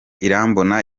irambona